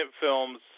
films